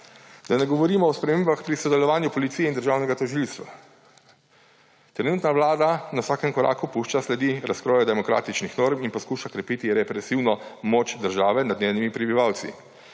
Da ne govorimo o spremembah pri sodelovanju policije in državnega tožilstva. Trenutna vlada na vsakem koraku pušča sledi razkroja demokratičnih norm in poskuša krepiti represivno moč države nad njenimi prebivalci.